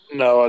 no